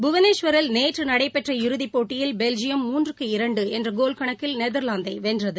புவனேஸ்வரில் நேற்று நடைபெற்ற இறுதிப்போட்டியில் பெல்ஜியம் மூன்றுக்கு இரண்டு என்ற கோல் கணக்கில் நெதர்லாந்தை வென்றது